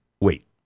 Wait